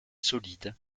solides